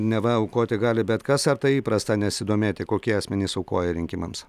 neva aukoti gali bet kas ar tai įprasta nesidomėti kokie asmenys aukoja rinkimams